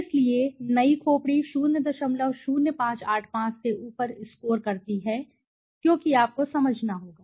इसलिए नई खोपड़ी 00585 से ऊपर स्कोर करती है क्योंकि आपको समझना होगा